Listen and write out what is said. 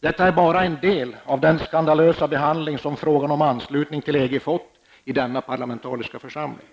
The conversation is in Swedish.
Detta är bara en del av den skandalösa behandlingen som frågan om anslutning till EG har fått i denna parlamentariska församling.